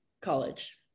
college